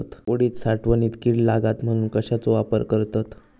उडीद साठवणीत कीड लागात म्हणून कश्याचो वापर करतत?